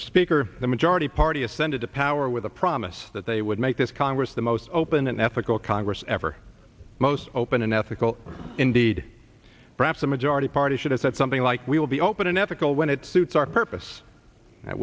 speaker the majority party ascended to power with a promise that they would make this congress the most open and ethical congress ever most open and ethical indeed perhaps a majority party should have said something like we will be open and ethical when it suits our purpose